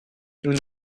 nous